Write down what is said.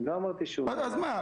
לא אמרתי שהוא --- אז מה,